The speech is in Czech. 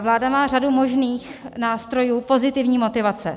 Vláda má řadu možných nástrojů pozitivní motivace.